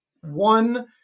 one